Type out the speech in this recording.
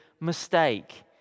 mistake